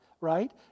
right